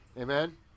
Amen